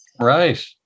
Right